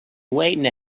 waiting